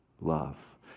love